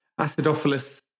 Acidophilus